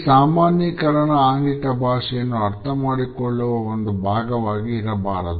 ಈ ಸಾಮಾನ್ಯೀಕರಣ ಆಂಗಿಕ ಭಾಷೆಯನ್ನು ಅರ್ಥಮಾಡಿಕೊಳ್ಳುವ ಒಂದು ಭಾಗವಾಗಿ ಇರಬಾರದು